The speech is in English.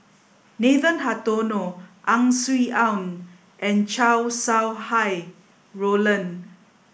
Nathan Hartono Ang Swee Aun and Chow Sau Hai Roland